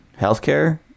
healthcare